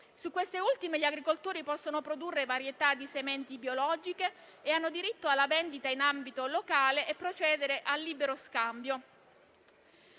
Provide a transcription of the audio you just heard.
di queste ultime, gli agricoltori possono produrre varietà di sementi biologiche e hanno diritto alla vendita in ambito locale e di procedere al libero scambio.